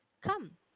Come